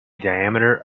diameter